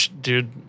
dude